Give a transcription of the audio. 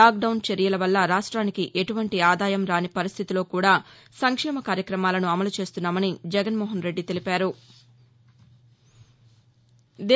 lockdown చర్యల వల్ల రాష్ట్రానికి ఎటువంటి ఆదాయం రాని పరిస్టితిలో కూడా సంక్షేమ కార్యక్రమాలను అమలుచేస్తున్నామని జగన్మోహన్ రెడ్డి తెలిపారు